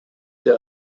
der